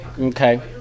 Okay